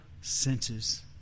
senses